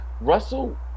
Russell